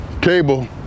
cable